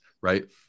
right